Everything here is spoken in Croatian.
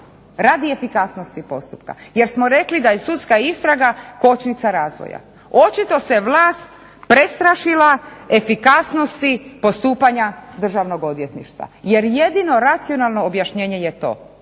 Radi efikasnosti postupka. Jer smo rekli da je sudska istraga kočnica razvoja. Očito se vlast prestrašila efikasnosti postupanja Državnog odvjetništva, jer jedino racionalno objašnjenje je to